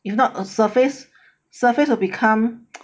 if not the surface surface will become